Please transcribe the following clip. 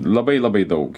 labai labai daug